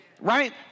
right